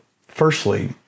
firstly